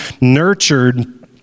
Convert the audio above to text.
nurtured